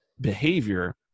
behavior